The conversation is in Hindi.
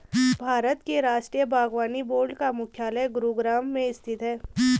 भारत के राष्ट्रीय बागवानी बोर्ड का मुख्यालय गुरुग्राम में स्थित है